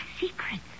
secrets